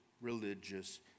religious